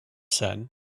said